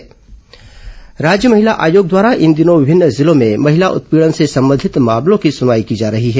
महिला आयोग सुनवाई राज्य महिला आयोग द्वारा इन दिनों विभिन्न जिलों में महिला उत्पीड़न से संबंधित मामलों की सुनवाई की जा रही है